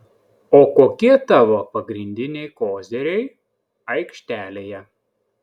o kokie tavo pagrindiniai koziriai aikštelėje